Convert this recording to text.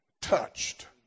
touched